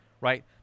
right